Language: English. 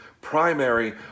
primary